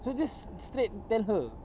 so just straight tell her